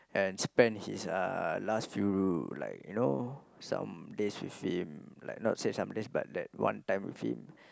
and spend his uh last few like you know some days with him like not say some days but that one time with him